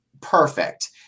perfect